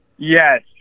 Yes